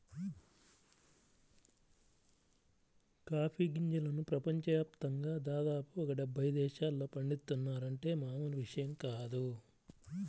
coffee గింజలను ప్రపంచ యాప్తంగా దాదాపు ఒక డెబ్బై దేశాల్లో పండిత్తున్నారంటే మామూలు విషయం కాదు